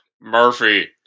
Murphy